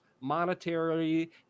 monetary